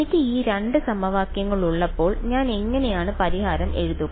എനിക്ക് ഈ 2 സമവാക്യങ്ങൾ ഉള്ളപ്പോൾ ഞാൻ എങ്ങനെയാണ് പരിഹാരം എഴുതിയത്